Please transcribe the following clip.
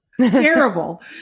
terrible